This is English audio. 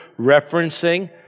referencing